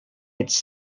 its